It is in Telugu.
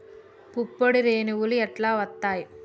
పుప్పొడి రేణువులు ఎట్లా వత్తయ్?